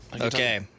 Okay